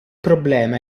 problema